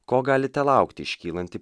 ko galite laukti iškylanti